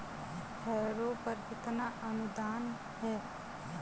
Harrow पर कितना अनुदान है?